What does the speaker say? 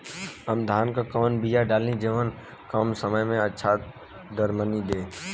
हम धान क कवन बिया डाली जवन कम समय में अच्छा दरमनी दे?